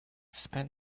spend